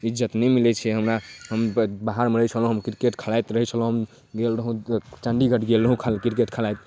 इज्जति नहि मिलै छै हमरा हम तऽ बाहरमे रहै छलहुँ हम किरकेट खेलाइत रहै छलहुँ गेल रहौँ जे चण्डीगढ़ गेल रहौँ खाली किरकेट खेलाइत